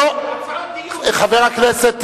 חבר הכנסת טיבי,